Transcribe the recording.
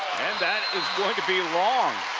and that is going to be long.